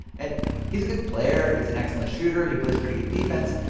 and he's a good player. he's an excellent shooter. he plays pretty good defense.